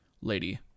lady